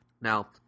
Now –